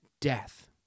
death